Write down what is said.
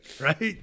right